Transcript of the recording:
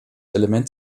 element